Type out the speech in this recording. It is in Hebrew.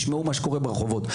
תשמעו את הקול שיש ברחובות,